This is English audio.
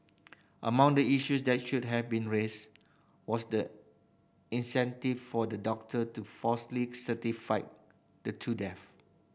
among the issues that should have been raised was the incentive for the doctor to falsely certify the two deaths